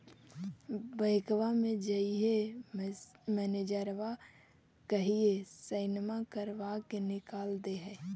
बैंकवा मे जाहिऐ मैनेजरवा कहहिऐ सैनवो करवा के निकाल देहै?